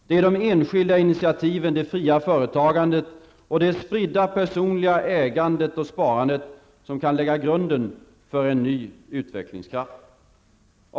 Det är de enskilda initiativen, det fria företagandet och det spridda personliga ägandet och sparandet som kan lägga grunden för en ny utvecklingskraft.